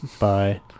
Bye